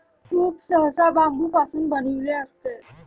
soup सहसा बांबूपासून बनविलेले असते